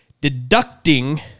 deducting